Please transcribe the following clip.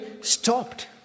stopped